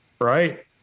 right